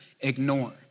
ignore